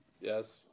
Yes